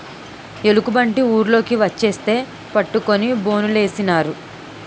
ఎలుగుబంటి ఊర్లోకి వచ్చేస్తే పట్టుకొని బోనులేసినారు